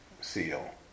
seal